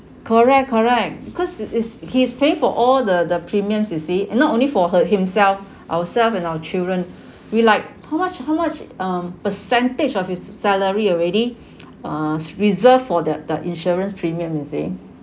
correct correct because it is he's paying for all the the premiums you see and not only for her himself ourself and our children we like how much how much um percentage of his salary already uh reserved for the the insurance premium you see